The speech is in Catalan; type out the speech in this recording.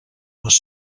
les